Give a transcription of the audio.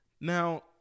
Now